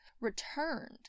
returned